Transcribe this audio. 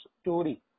story